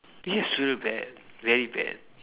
yes real bat real bat